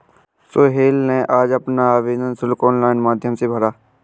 सोहेल ने आज अपना आवेदन शुल्क ऑनलाइन माध्यम से भरा